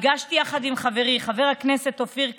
הגשתי יחד עם חברי חבר הכנסת אופיר כץ,